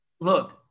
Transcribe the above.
Look